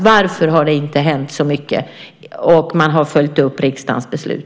Varför har det inte hänt så mycket när det gäller att följa upp riksdagens beslut?